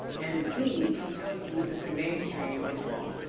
and b, can tell you that the mainstream is wrong.